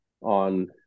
on